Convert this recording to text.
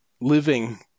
living